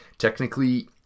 Technically